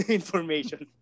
information